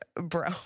bro